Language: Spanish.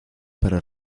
para